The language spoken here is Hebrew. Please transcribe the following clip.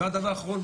והדבר האחרון,